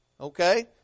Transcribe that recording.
Okay